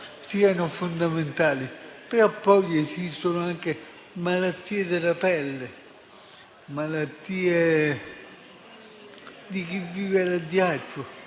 siano fondamentali. Però, poi, esistono anche malattie della pelle, malattie di chi vive all'addiaccio,